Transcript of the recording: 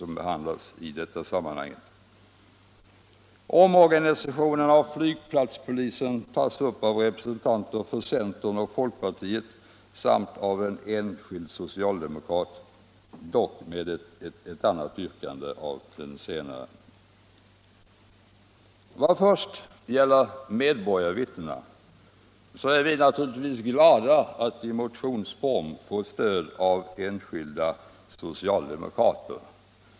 Vidare tas omorganisationen av flygplatspolisen upp av representanter för centern och folkpartiet samt av en enskild socialdemokrat; den senare har dock ett annat yrkande. Låt mig först beröra frågan om medborgarvittnena. Vi är givetvis glada att i motionsform få stöd av enskilda socialdemokrater.